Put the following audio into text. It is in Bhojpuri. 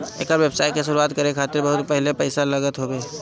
एकर व्यवसाय के शुरुआत करे खातिर पहिले बहुते पईसा लागत हवे